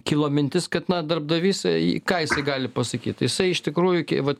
kilo mintis kad na darbdavys į ką jisai gali pasakyt jisai iš tikrųjų vat